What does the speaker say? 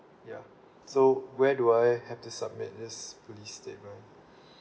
ya so where do I have to submit this police statement